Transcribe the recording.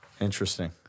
Interesting